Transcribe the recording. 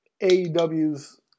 AEW's